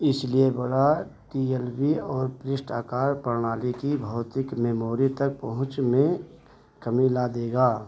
इसलिए बड़ा T L B और पृष्ठ आकार प्रणाली की भौतिक मेमोरी तक पहुँच में कमी ला देगा